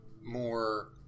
more